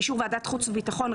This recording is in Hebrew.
באישור ועדת חוץ וביטחון,